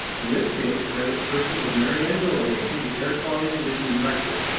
in this case, that person is mary anne dolehanty, the air quality and division director.